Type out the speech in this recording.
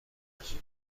رفت